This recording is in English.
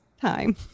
time